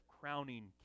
crowning